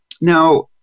Now